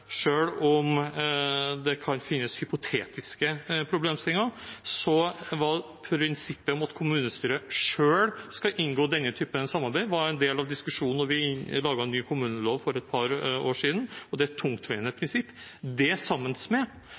om det kan finnes hypotetiske problemstillinger, var prinsippet om at kommunestyret selv skal inngå slikt samarbeid, en del av diskusjonen da vi laget ny kommunelov for et par år siden. Det er et tungtveiende prinsipp, og det, sammen med